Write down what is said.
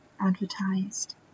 advertised